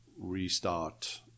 restart